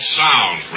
sound